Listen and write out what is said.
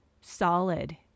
solid